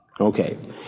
Okay